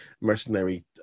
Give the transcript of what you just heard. mercenary